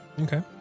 Okay